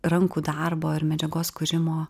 rankų darbo ir medžiagos kūrimo